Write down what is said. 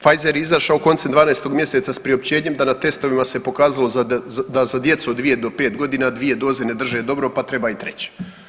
Pfizer je izašao koncem 12 mjeseca s priopćenjem da na testovima se pokazalo da za djecu od dvije do pet godina dvije doze ne drže dobro pa treba i treće.